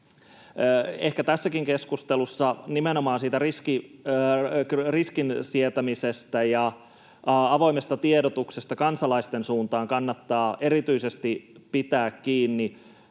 Ehkä tässäkin keskustelussa nimenomaan riskin sietämisestä ja avoimesta tiedotuksesta kansalaisten suuntaan kannattaa erityisesti pitää kiinni.